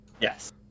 yes